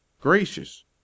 gracious